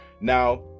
Now